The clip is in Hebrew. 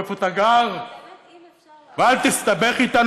ואיפה אתה גר ואל תסתבך איתנו?